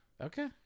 Okay